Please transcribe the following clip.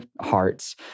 hearts